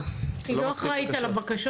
היא לא אחראית על הבקשות.